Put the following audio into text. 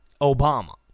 Obama